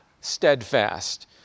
steadfast